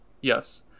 Yes